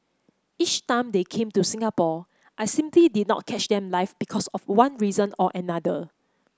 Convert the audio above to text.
each time they came to Singapore I simply did not catch them live because of one reason or another